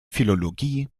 philologie